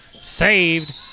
Saved